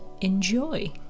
enjoy